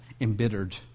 embittered